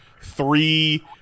three